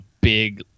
big